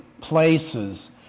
places